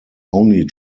only